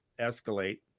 escalate